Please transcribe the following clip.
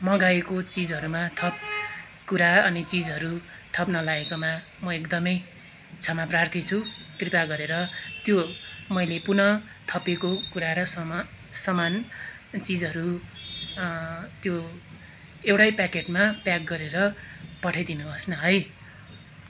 मगाएको चिजहरूमा थप कुरा अनि चिजहरू थप्न लगाएकोमा म एकदमै क्षमाप्रार्थी छु कृपा गरेर त्यो मैले पुन थपेको कुरा र सम सामान चिजहरू त्यो एउटै प्याकेटमा प्याक गरेर पठाइदिनु होस् न है